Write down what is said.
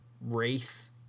Wraith